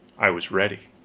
i was ready.